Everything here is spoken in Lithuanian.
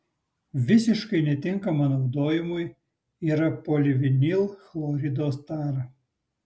visiškai netinkama naudojimui yra polivinilchlorido tara